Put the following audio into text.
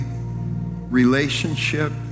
relationship